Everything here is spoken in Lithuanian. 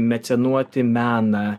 mecenuoti meną